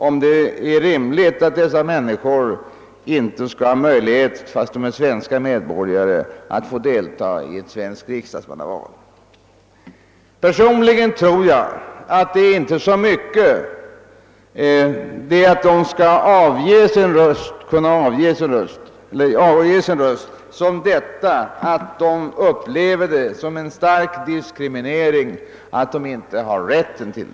är det inte rimligt att dessa såsom svenska medborgare skall ha möjlighet att deltaga i ett svenskt riksdagsmannaval? Personligen tror jag att det inte i så stor utsträckning är en fråga om att de skall avge sin röst som detta att de upplever det som en stark diskriminering att de inte har rätten härtill.